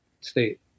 state